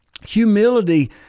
humility